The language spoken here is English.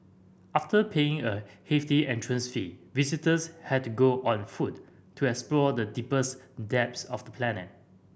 after paying a hefty entrance fee visitors had to go on foot to explore the deepest depths of the planet